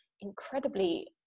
incredibly